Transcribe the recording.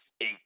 eight